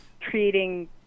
creating